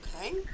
Okay